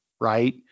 right